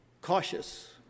cautious